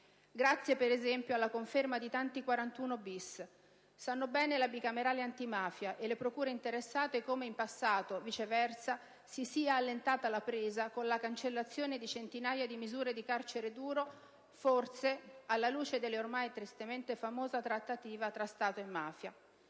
Grazie, per esempio, alla conferma di tanti 41-*bis*: sanno bene la Bicamerale antimafia e le procure interessate come in passato, viceversa, si sia allentata la presa con la cancellazione di centinaia di misure di carcere duro, forse alla luce della ormai tristemente famosa trattativa tra Stato e mafia.